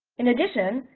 in addition,